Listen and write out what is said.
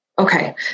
Okay